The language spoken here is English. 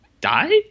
Die